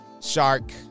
shark